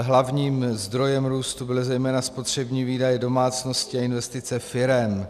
Hlavním zdrojem růstu byly zejména spotřební výdaje domácností a investice firem.